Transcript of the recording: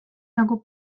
nagu